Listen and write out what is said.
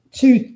two